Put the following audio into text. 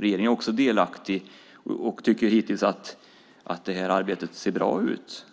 Regeringen är också delaktig och tycker hittills att det här arbetet ser bra ut.